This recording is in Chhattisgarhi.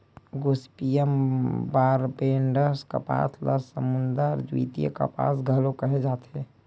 गोसिपीयम बारबेडॅन्स कपास ल समुद्दर द्वितीय कपास घलो केहे जाथे